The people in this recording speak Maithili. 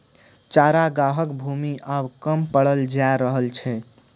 चरागाहक भूमि आब कम पड़ल जा रहल छै